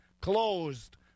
closed